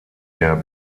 der